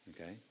Okay